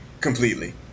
completely